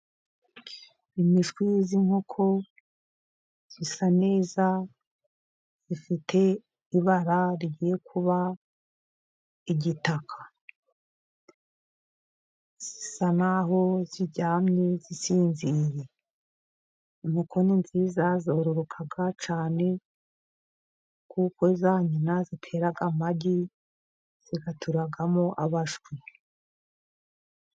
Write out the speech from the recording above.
Imishwi y'inkoko isa neza ifite ibara rigiye kuba igitaka, isa naho iryamye isinziriye. Inkoko ni nziza zororoka cyane kuko za nyina ziterara amagi zigaturagamo imishwi.